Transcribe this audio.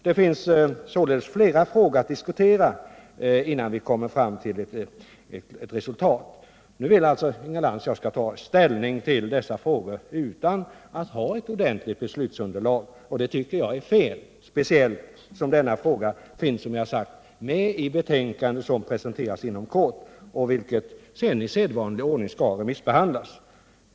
Det finns således flera frågor att diskutera innan vi kommer fram till ett resultat. Nu vill tydligen Inga Lantz att jag skall ta ställning till dessa frågor utan att ha ett ordentligt beslutsunderlag. Det tycker jag vore fel, speciellt som denna fråga som jag har sagt finns med i det betänkande som kommer att presenteras inom kort, vilket sedan i vanlig ordning skall remissbehandlas.